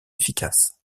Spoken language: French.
efficace